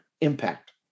impact